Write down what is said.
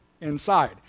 inside